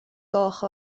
goch